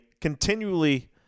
continually